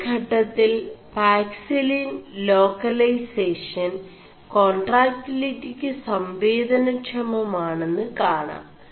ഒരു ഘƒøിൽ പാക്സിലിൻ േലാ ൈലേസഷൻ േകാൺ4ടാക്ൈടലിി ് സംേവദന മമാെണM് കാണാം